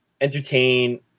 entertain